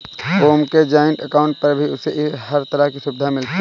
ओम के joint account पर भी उसे हर तरह की सुविधा मिलती है